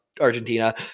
Argentina